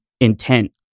intent